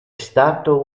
stato